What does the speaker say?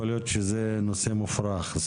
יכול להיות שזה נושא מופרך,